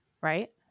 Right